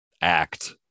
act